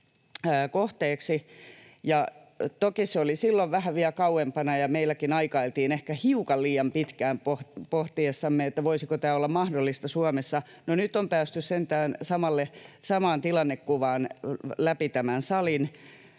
Toki se oli silloin vähän vielä kauempana, ja meilläkin aikailtiin ehkä hiukan liian pitkään pohtiessamme, voisiko tämä olla mahdollista Suomessa. No nyt on päästy sentään samaan tilannekuvaan läpi tämän salin.